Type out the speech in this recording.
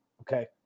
Okay